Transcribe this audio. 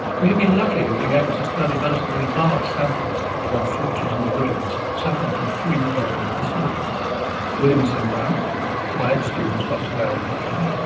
we have been lucky in being able to study relatively large samples of unfortunate individuals suffering from three relevant disorders williams syndrome with my ex-student dr darren hocking,